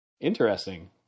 Interesting